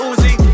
Uzi